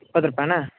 ಇಪ್ಪತ್ತು ರೂಪಾಯಿ ಅಣ್ಣ